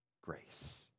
grace